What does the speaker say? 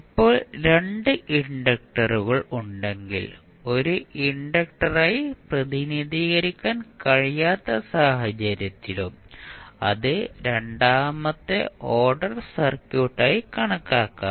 ഇപ്പോൾ 2 ഇൻഡക്റ്ററുകൾ ഉണ്ടെങ്കിൽ ഒരു ഇൻഡക്റ്ററായി പ്രതിനിധീകരിക്കാൻ കഴിയാത്ത സാഹചര്യത്തിലും അത് രണ്ടാമത്തെ ഓർഡർ സർക്യൂട്ടായി കണക്കാക്കാം